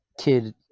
kid